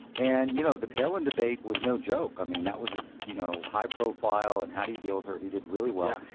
and, you know, the palin debate was no joke. i mean, that was, you know, high profile. and how do you deal with her? he did really well.